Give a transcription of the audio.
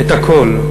את הכול,